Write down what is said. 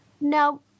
no